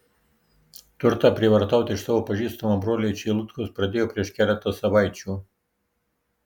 turtą prievartauti iš savo pažįstamo broliai čeilutkos pradėjo prieš keletą savaičių